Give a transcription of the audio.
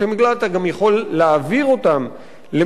אתה גם יכול להעביר אותם למדינות שלישיות.